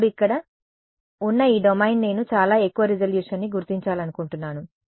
ఇప్పుడు ఇక్కడ ఉన్న ఈ డొమైన్ నేను చాలా ఎక్కువ రిజల్యూషన్ని గుర్తించాలనుకుంటున్నాను